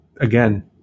again